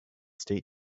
state